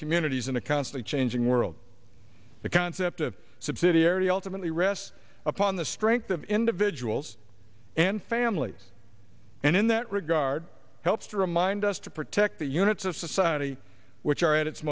communities in a constant changing world the concept of subsidiarity ultimately rests upon the strength of individuals and families and in that regard helps to remind us to protect the units of society which are at it